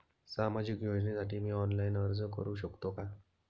सामाजिक योजनेसाठी मी ऑनलाइन अर्ज करू शकतो का?